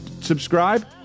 subscribe